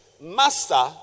Master